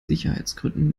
sicherheitsgründen